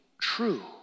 true